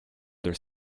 their